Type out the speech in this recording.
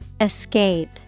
Escape